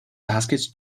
baskets